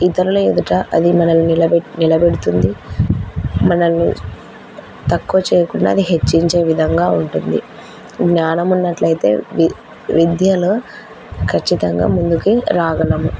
ఇతరుల ఎదుట అది మనల్ని నిలబెడుతుంది మనల్ని తక్కువ చేయకుండా అది హెచ్చించే విధంగా ఉంటుంది జ్ఞానం ఉన్నట్లయితే విద్యలో ఖచ్చితంగా ముందుకి రాగలము